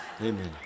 Amen